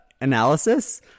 analysis